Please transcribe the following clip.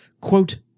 Quote